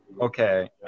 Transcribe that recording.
okay